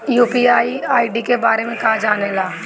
UPI ID के बारे में का जाने ल?